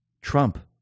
Trump